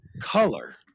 color